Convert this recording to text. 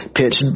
pitch